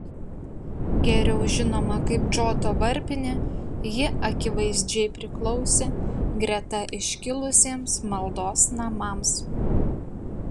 geriau žinoma kaip džoto varpinė ji akivaizdžiai priklausė greta iškilusiems maldos namams